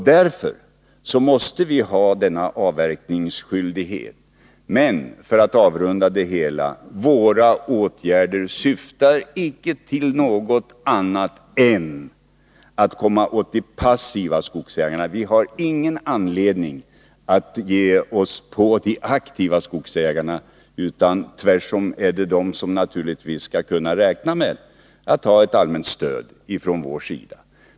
Därför måste vi ha denna avverkningsskyldighet. För att avrunda det hela: Våra åtgärder syftar icke till något annat än att komma åt de passiva skogsägarna. Vi har ingen anledning att ge oss på de aktiva skogsägarna. Det är tvärtom de som naturligtvis skall kunna räkna med ett allmänt stöd från vår sida.